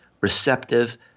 Receptive